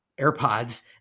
AirPods